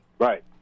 Right